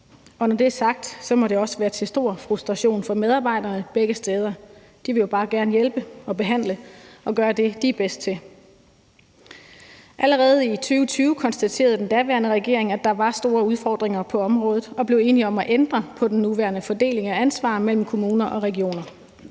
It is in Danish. Og når det er sagt, må det også være til stor frustration for medarbejderne begge steder; de vil jo bare gerne hjælpe og behandle og gøre det, de er bedst til. Allerede i 2020 konstaterede den daværende regering, at der var store udfordringer på området og blev enige om at ændre på den nuværende fordeling af ansvar mellem kommuner og regioner,